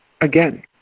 again